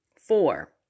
four